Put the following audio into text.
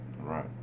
Right